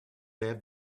have